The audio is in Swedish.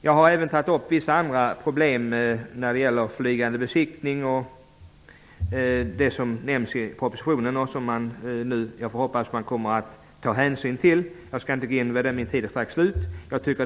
Jag har även tagit upp vissa problem när det gäller flygande besiktning som nämns i propositionen och som jag hoppas att man nu kommer att ta hänsyn till. Jag skall inte gå in på det eftersom min tid strax är slut.